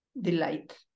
delight